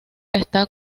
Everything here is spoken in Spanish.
está